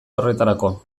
horretarako